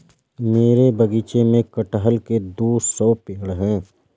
मेरे बगीचे में कठहल के दो सौ पेड़ है